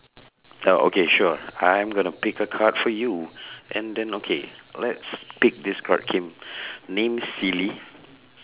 uh okay sure I'm going to pick a card for you and then okay let's pick this card K name silly